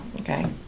okay